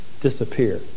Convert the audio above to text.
disappear